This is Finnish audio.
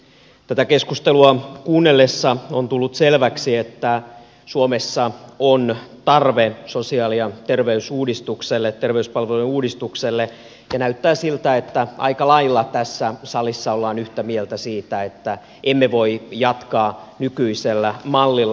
tätä keskustelua kuunnellessa on tullut selväksi että suomessa on tarve sosiaali ja terveyspalvelujen uudistukselle ja näyttää siltä että aika lailla tässä salissa ollaan yhtä mieltä siitä että emme voi jatkaa nykyisellä mallilla